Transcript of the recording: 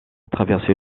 traverser